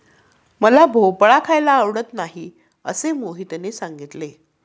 मला भोपळा खायला आवडत नाही असे मोहितने सांगितले